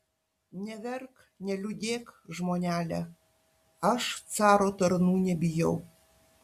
neverk neliūdėk žmonele aš caro tarnų nebijau